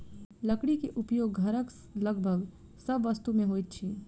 लकड़ी के उपयोग घरक लगभग सभ वस्तु में होइत अछि